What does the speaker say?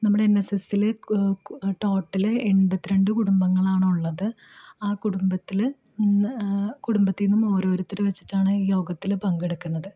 നമ്മുടെ N S എസ്സിൽ total എൺപത്തി രണ്ട് കുടുംബങ്ങളാണ് ഉള്ളത് ആ കുടുംബത്തിൽ കുടുംബത്തിൽ നിന്നും ഓരോരുത്തർ വെച്ചിട്ടാണ് ഈ യോഗത്തിൽ പങ്കെടുക്കുന്നത്